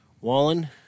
Wallen